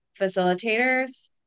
facilitators